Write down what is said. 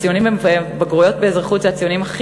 הציונים בבגרויות באזרחות הם הציונים הכי